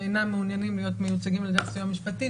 שאינם מעוניינים להיות מיוצגים על ידי סיוע משפטי,